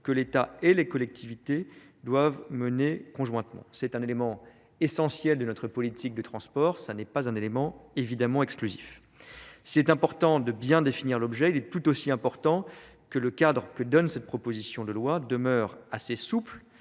que l'état et des les collectivités doivent mener, conjointement c'est un élément essentiel de notre politique des transports. Ce n'est pas un élément évidemment exclusif c'est important de bien définir l'objet, il est tout aussi important que le cadre que donne cette proposition de loi demeure assez souple,